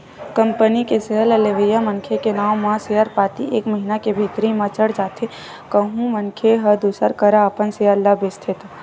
company के share ल लेवइया मनखे के नांव म सेयर पाती एक महिना के भीतरी म चढ़ जाथे कहूं मनखे ह दूसर करा अपन सेयर ल बेंचथे त